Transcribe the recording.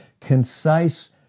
concise